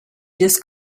just